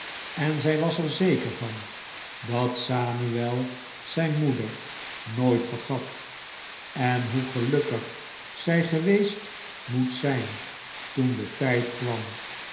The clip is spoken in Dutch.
en zij was er zeker van dat samuel zijn moeder nooit vergat en hoe gelukkig zij geweest moet zijn toen de tijd kwam